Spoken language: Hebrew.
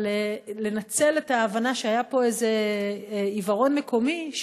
אבל לנצל את ההבנה שהיה פה עיוורון מקומי,